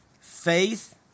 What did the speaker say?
faith